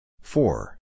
Four